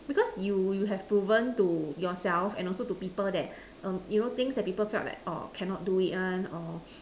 because you you have to learn to yourself and also to people that err you know things that people felt orh like cannot do it one or